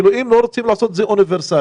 אם לא רוצים לעשות את זה אוניברסלי,